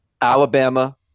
Alabama